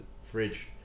fridge